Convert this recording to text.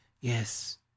yes